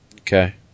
Okay